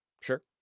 sure